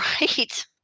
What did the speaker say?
Right